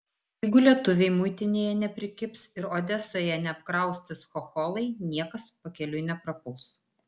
jeigu lietuviai muitinėje neprikibs ir odesoje neapkraustys chocholai niekas pakeliui neprapuls